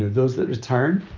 those that return,